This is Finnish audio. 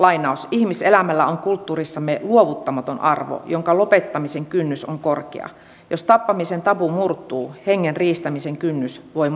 ihmiselämällä on kulttuurissamme luovuttamaton arvo jonka lopettamisen kynnys on korkea jos tappamisen tabu murtuu hengen riistämisen kynnys voi